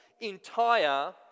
entire